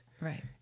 Right